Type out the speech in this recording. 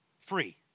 free